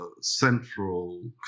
central